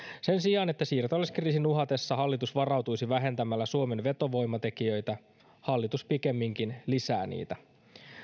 sen sijaan että siirtolaiskriisin uhatessa hallitus varautuisi vähentämällä suomen vetovoimatekijöitä hallitus pikemminkin lisää niitä